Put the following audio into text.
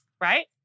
right